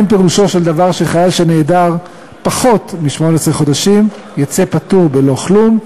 אין פירושו של דבר שחייל שנעדר פחות מ־18 חודשים יצא פטור בלא כלום,